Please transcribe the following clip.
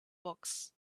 box